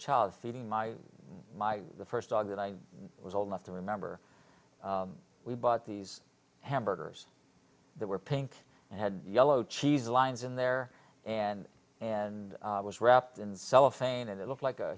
child feeding my my first dog that i was old enough to remember we bought these hamburgers that were pink and had yellow cheese lines in there and and was wrapped in cellophane and it looked like a